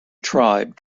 tribe